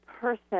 person